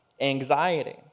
anxiety